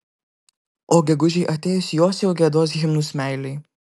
o gegužei atėjus jos jau giedos himnus meilei